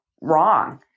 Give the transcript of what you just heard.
wrong